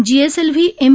GSLV M